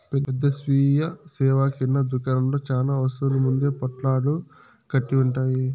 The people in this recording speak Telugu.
పెద్ద స్వీయ సేవ కిరణా దుకాణంలో చానా వస్తువులు ముందే పొట్లాలు కట్టి ఉంటాయి